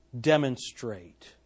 demonstrate